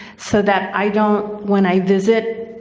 so that i don't when i visit,